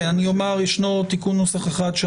כן, ישנו תיקון נוסח אחד.